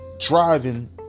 driving